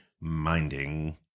minding